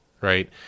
Right